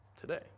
today